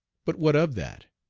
but what of that?